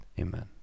Amen